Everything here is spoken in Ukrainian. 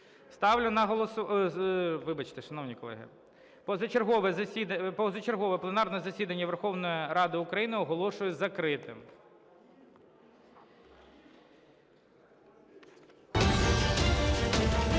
Ставлю на голосування... Вибачте, шановні колеги. Позачергове пленарне засідання Верховної Ради України оголошую закритим.